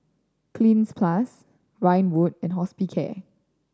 Cleanz Plus Ridwind and Hospicare